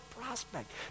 Prospect